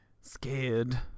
Scared